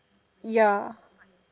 ya